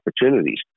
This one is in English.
opportunities